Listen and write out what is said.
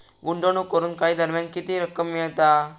गुंतवणूक करून काही दरम्यान किती रक्कम मिळता?